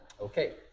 okay